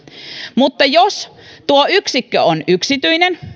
mutta jos tuo yksikkö on yksityinen